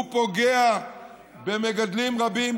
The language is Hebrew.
הוא פוגע במגדלים רבים,